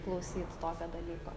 klausyt tokio dalyko